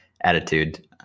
attitude